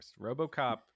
RoboCop